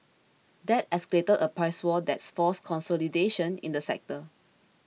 that escalated a price war that's forced consolidation in the sector